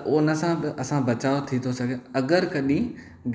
त उन सां असां बचाव थी थो सघे अगरि कॾहिं